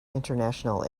international